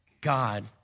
God